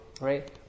right